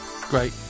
great